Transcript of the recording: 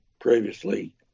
previously